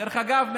דרך אגב,